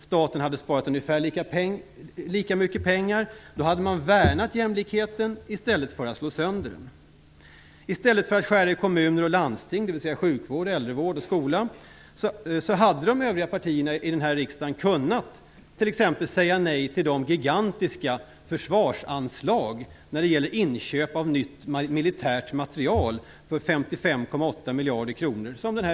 Staten hade sparat ungefär lika mycket pengar. Då hade man värnat jämlikheten i stället för att slå sönder den. I stället för att skära i kommuner och landsting, dvs. sjukvård, äldrevård och skola, hade de övriga partierna i riksdagen t.ex. kunnat säga nej till de gigantiska försvarsanslagen till inköp av nytt militärt material för 55,8 miljarder kronor.